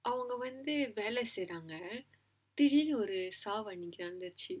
அவங்க வந்து வேல செய்றாங்க திடீர்னு அன்னைக்கு ஒரு சாவு நடந்திருச்சி:avanga vandhu vela seiraanga thideernu annaikku oru saavu nadanthiruchi